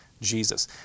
Jesus